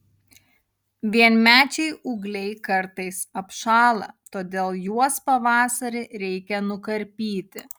vienmečiai ūgliai kartais apšąla todėl juos pavasarį reikia nukarpyti